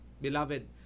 Beloved